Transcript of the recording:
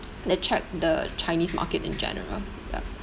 the chi~ the chinese market in general yup